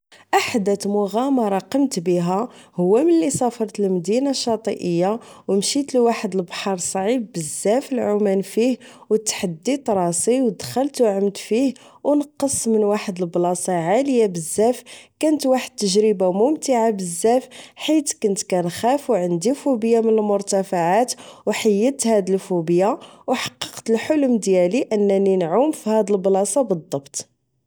أحدت مغامرة قمت بها هو ملي سافرت لمدينة شاطئية أو مشيت لواحد البحر صعيب بزاف العومان فيه أو تحديت راسي أو دخلت أو عمت فيه أو نقزت من واحد البلاصة عاليا بزاف كانت واحد التجربة ممتعة بزاف حيت كنت كنخاف أو عندي فوبية من المرتفعات أو حيدت هد الفوبية أو حققت الحلم ديالي أنني نعوم فهاد البلاصة بطبط